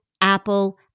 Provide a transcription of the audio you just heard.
Apple